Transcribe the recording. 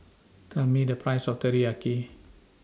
Tell Me The Price of Teriyaki